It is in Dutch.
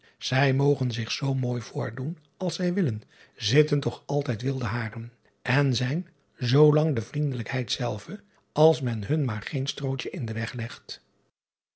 zij mogen zich zoo mooi voordoen als zij willen zitten toch altijd wilde haren en zijn zoolang de vriendelijkheid zelve als men hun maar geen strootje in den